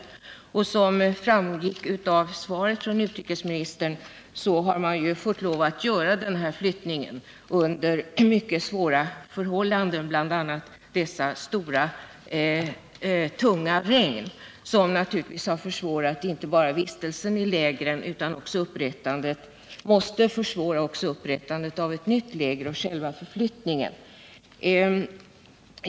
Som framgick av svaret från utrikesministern har denna flyttning måst företas under mycket svåra förhållanden med bl.a. kraftiga, tunga regn. Dessa har naturligtvis försvårat inte bara vistelsen i lägren utan också upprättandet av ett nytt läger och själva förflyttningen.